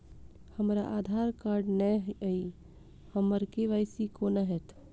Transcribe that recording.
हमरा आधार कार्ड नै अई हम्मर के.वाई.सी कोना हैत?